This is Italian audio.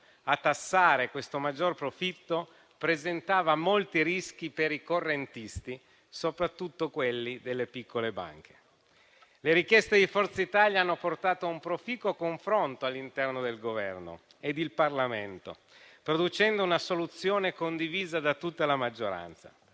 a tassare questo maggior profitto presentava molti rischi per i correntisti, soprattutto quelli delle piccole banche. Le richieste di Forza Italia hanno portato a un proficuo confronto all'interno del Governo e del Parlamento, producendo una soluzione condivisa da tutta la maggioranza.